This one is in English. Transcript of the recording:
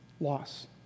loss